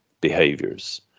behaviors